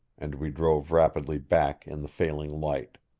and we drove rapidly back in the failing light.